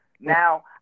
Now